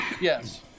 Yes